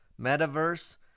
metaverse